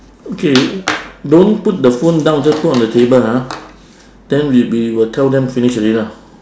okay don't put the phone down just put on the table ha then we we will tell them finish already lah